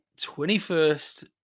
21st